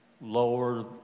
lower